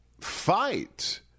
fight